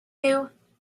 you